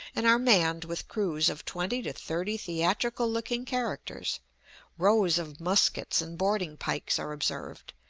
and are manned with crews of twenty to thirty theatrical-looking characters rows of muskets and boarding-pikes are observed,